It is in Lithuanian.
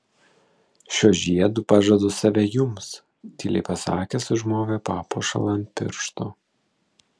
šiuo žiedu pažadu save jums tyliai pasakęs užmovė papuošalą ant piršto